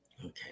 Okay